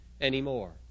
anymore